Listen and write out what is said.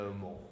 more